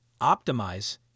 optimize